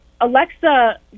Alexa